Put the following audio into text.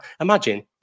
Imagine